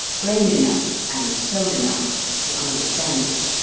brain enough, and soul enough to understand it.